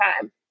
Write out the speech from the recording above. time